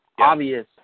Obvious